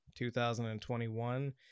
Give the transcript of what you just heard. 2021